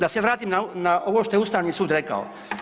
Da se vratim na ovo što je Ustavni sud rekao.